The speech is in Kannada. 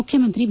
ಮುಖ್ಯಮಂತ್ರಿ ಬಿ